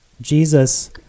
Jesus